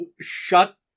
shut